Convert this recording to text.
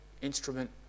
instrument